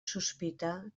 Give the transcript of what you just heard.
sospita